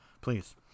please